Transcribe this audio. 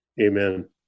Amen